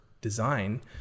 design